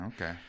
okay